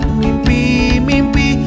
mimpi-mimpi